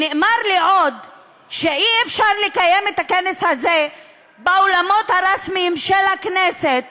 נאמר לי עוד שאי-אפשר לקיים את הכנס הזה באולמות הרשמיים של הכנסת